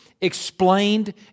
explained